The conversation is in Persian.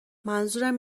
منظورم